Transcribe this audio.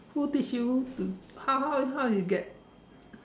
who teach you to how how you get